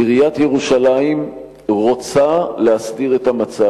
עיריית ירושלים רוצה להסדיר את המצב.